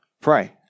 pray